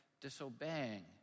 disobeying